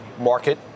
market